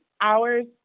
hours